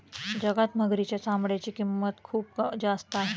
जगात मगरीच्या चामड्याची किंमत खूप जास्त आहे